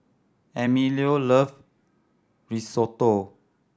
Emilio love Risotto